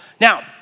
Now